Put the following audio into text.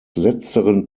letzteren